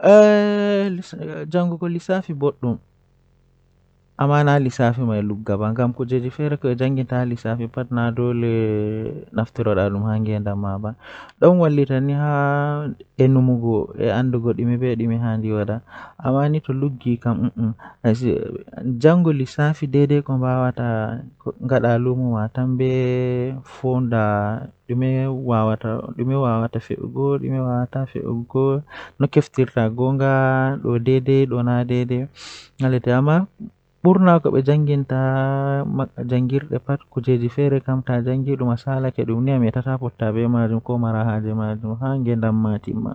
Ko ɗum no waawugol, Kono neɗɗo waɗataa waɗde heɓde sooyɗi e waɗal ɓuri. Nde a waawi heɓde sooyɗi, ɗuum njogitaa goongɗi e jam e laaɓugol. Kono nde a heɓi njogordu e respect, ɗuum woodani waawugol ngir heɓde hakkilagol e njarɗi, Njikataaɗo goongɗi. Nde e waɗi wattan, ko waɗa heɓde respet e ɓuri jooni.